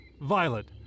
Violet